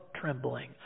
trembling